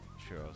sure